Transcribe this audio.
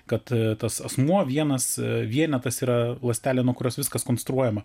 kad tas asmuo vienas vienetas yra ląstelė nuo kurios viskas konstruojama